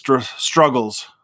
struggles